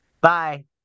Bye